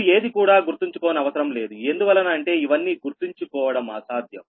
మీరు ఏది కూడా గుర్తించుకోనవసరం లేదు ఎందువలన అంటే ఇవన్నీ గుర్తించుకోవడం అసాధ్యం